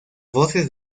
voces